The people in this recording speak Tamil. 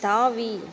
தாவி